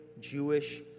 Jewish